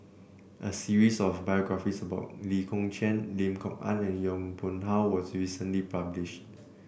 a series of biographies about Lee Kong Chian Lim Kok Ann and Yong Pung How was recently published